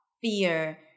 fear